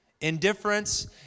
Indifference